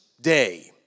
day